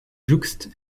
jouxte